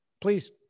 please